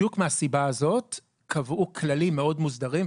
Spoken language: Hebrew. בדיוק מהסיבה הזאת קבעו כללים מאוד מוסדרים,